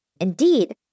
Indeed